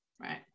Right